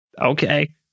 Okay